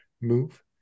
move